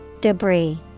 debris